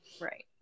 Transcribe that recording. Right